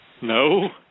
No